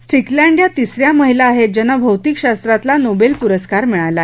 Strickland या तिसऱ्या महिला आहेत ज्यांना भौतिकशास्त्रतला नोबेल पुरस्कार मिळाला आहे